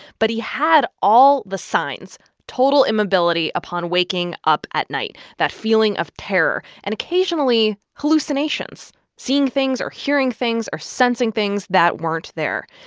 but he had all the signs total immobility upon waking up at night, that feeling of terror and, occasionally, hallucinations seeing things or hearing things or sensing things that weren't there.